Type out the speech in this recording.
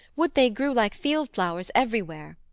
would they grew like field-flowers everywhere!